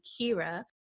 Kira